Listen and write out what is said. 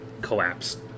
collapsed